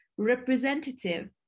representative